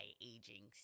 aging